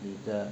你的